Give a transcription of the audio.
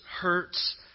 hurts